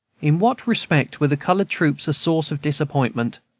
in what respect were the colored troops a source of disappointment?